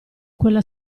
quella